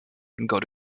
got